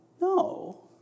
No